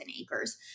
acres